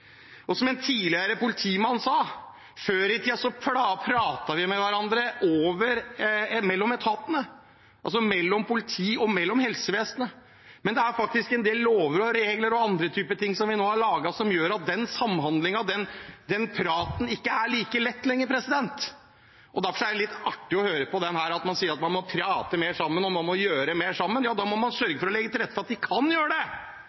Som en tidligere politimann sa: Før i tiden pratet vi med hverandre mellom etatene, mellom politi og helsevesenet. Men det er en del lover, regler og andre ting som vi har laget, som gjør at den samhandlingen og den praten ikke er like lett lenger. Derfor er det litt artig å høre når man sier at man må prate mer sammen og gjøre mer sammen. Ja, da må man sørge for å legge til rette for at man kan gjøre det.